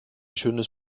schönes